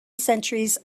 centuries